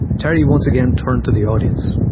terry once again turned to the audience.